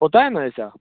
होता है ना ऐसा